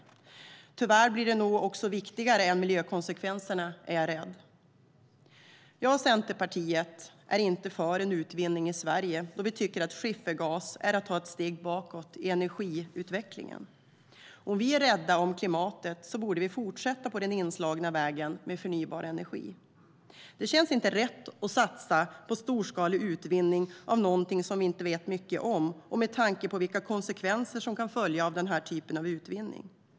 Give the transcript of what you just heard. Det väger nog tyngre än miljökonsekvenserna, är jag rädd. Jag och Centerpartiet är inte för en utvinning i Sverige då vi tycker att skiffergas är att ta ett steg bakåt i energiutvecklingen. Om vi är rädda om klimatet bör vi fortsätta på den inslagna vägen med förnybar energi. Det känns inte rätt att satsa på storskalig utvinning av något som vi inte vet mycket om och med tanke på de konsekvenser som kan följa av den typen av utvinning.